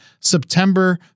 September